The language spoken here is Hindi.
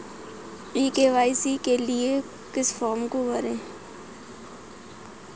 ई के.वाई.सी के लिए किस फ्रॉम को भरें?